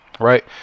Right